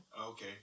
Okay